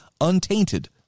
untainted